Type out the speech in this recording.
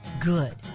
good